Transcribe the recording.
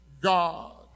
God